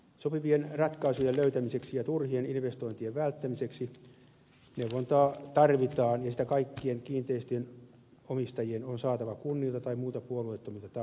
sopivien ratkaisujen löytämiseksi ja turhien investointien välttämiseksi neuvontaa tarvitaan ja sitä kaikkien kiinteistöjen omistajien on saatava kunnilta tai muilta puolueettomilta tahoilta